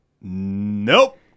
Nope